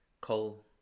coal